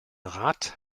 rad